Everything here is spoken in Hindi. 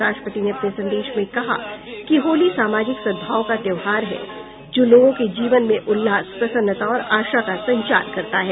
राष्ट्रपति ने अपने संदेश में कहा कि होली सामाजिक सद्भाव का त्योहार है जो लोगों के जीवन में उल्लास प्रसन्नता और आशा का संचार करता है